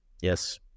Yes